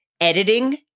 editing